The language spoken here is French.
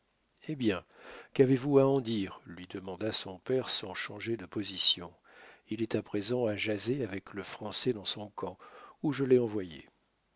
eh bien qu'avez-vous à en dire lui demanda son père sans changer de position il est à présent à jaser avec le français dans son camp où je l'ai envoyé